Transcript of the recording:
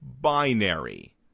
binary